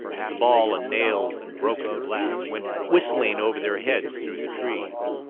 as the ball and nails and broken glass went whistling over their heads through the trees.